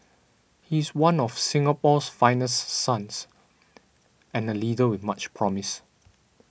he is one of Singapore's finest sons and a leader with much promise